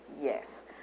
Yes